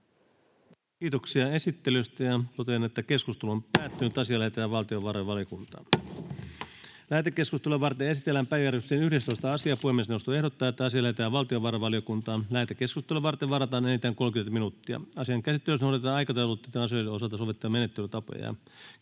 ja lakia ehdotetaan sovellettavaksi taannehtivasti tämän kuluvan vuoden alusta. Lähetekeskustelua varten esitellään päiväjärjestyksen 11. asia. Puhemiesneuvosto ehdottaa, että asia lähetetään valtiovarainvaliokuntaan. Lähetekeskustelua varten varataan enintään 30 minuuttia. Asian käsittelyssä noudatetaan aikataulutettujen asioiden osalta sovittuja menettelytapoja.